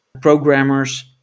programmers